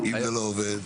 אם זה לא עובד.